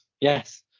Yes